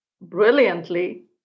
brilliantly